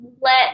let